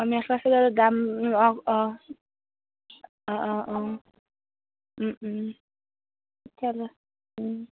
মেখেলা চাদৰৰ দাম অঁ অঁ অঁ অঁ অঁ